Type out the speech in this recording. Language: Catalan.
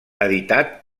editat